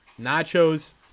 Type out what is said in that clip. Nachos –